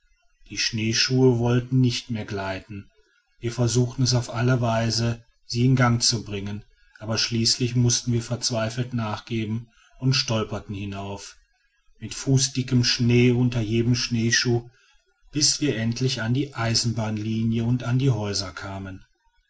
die schneeschuhe wollten nicht mehr gleiten wir versuchten es auf alle weise sie in gang zu bringen aber schließlich mußten wir verzweifelt nachgeben und stolperten hinauf mit fußdickem schnee unter jedem schneeschuh bis wir endlich an die eisenbahnlinie und an die häuser kamen